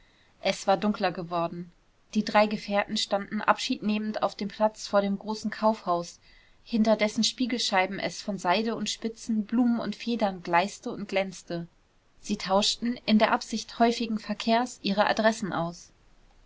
es war dunkler geworden die drei gefährten standen abschiednehmend auf dem platz vor dem großen kaufhaus hinter dessen spiegelscheiben es von seide und spitzen blumen und federn gleißte und glänzte sie tauschten in der absicht häufigen verkehrs ihre adressen aus